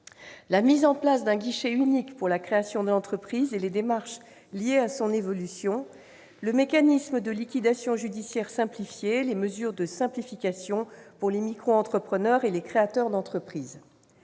la mise en place d'un guichet unique pour la création d'une entreprise et les démarches liées à l'évolution de celle-ci, le mécanisme de liquidation judiciaire simplifiée et les mesures de simplification pour les micro-entrepreneurs et les créateurs d'entreprise.